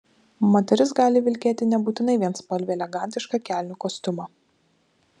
moteris gali vilkėti nebūtinai vienspalvį elegantišką kelnių kostiumą